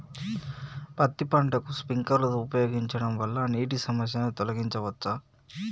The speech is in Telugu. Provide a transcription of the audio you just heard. పత్తి పంటకు స్ప్రింక్లర్లు ఉపయోగించడం వల్ల నీటి సమస్యను తొలగించవచ్చా?